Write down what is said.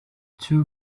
two